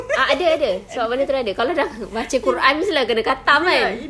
ah ada ada sebab benda itu sudah ada kalau sudah baca quran mesti lah kena khatam kan